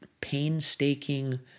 painstaking